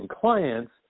clients